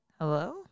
Hello